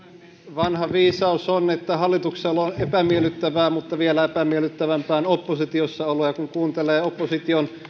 vanha viisaus on että hallituksessa olo on epämiellyttävää mutta vielä epämiellyttävämpää on oppositiossa olo ja kun kuuntelee opposition